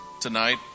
tonight